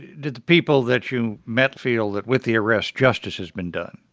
did the people that you met feel that, with the arrest, justice has been done?